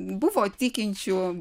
buvo tikinčių